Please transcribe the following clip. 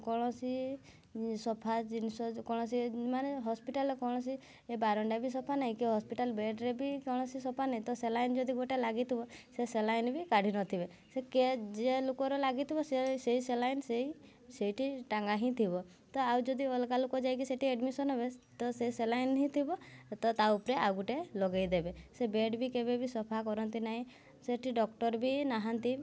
କୌଣସି ସଫା ଜିନିଷ ଯେଉଁ କୌଣସି ମାନେ ହସ୍ପିଟାଲ୍ରେ କୌଣସି ଏ ବାରଣ୍ଡା ବି ସଫା ନାହିଁ କି ହସ୍ପିଟାଲ୍ ବେଡ଼୍ରେ ରେ ବି କୌଣସି ସଫା ନାହିଁ ତ ସେଲେଇନ୍ ଯଦି ଗୋଟେ ଲାଗିଥିବ ସେ ସେଲାଇନ୍ ବି କାଢ଼ି ନଥିବେ ସେ କେ ଯେ ଲୋକର ଲାଗିଥିବ ସେ ସେଇ ସାଲାଇନ୍ ସେଇ ସେଇଠି ଟଙ୍ଗା ହିଁ ଥିବ ତ ଆଉ ଯଦି ଅଲଗା ଲୋକ ଯାଇକି ସେଠି ଏଡ଼ମିସନ୍ ହେବେ ତ ସେଇ ସାଲାଇନ୍ ହିଁ ଥିବ ତ ତା' ଉପରେ ଆଉ ଗୋଟେ ଲଗେଇଦେବେ ସେ ବେଡ଼୍ ବି କେବେ ବି ସଫା କରନ୍ତି ନାହିଁ ସେଠି ଡକ୍ଟର୍ ବି ନାହାନ୍ତି